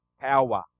power